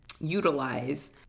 utilize